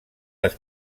les